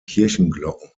kirchenglocken